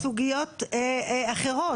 סוגיות אחרות,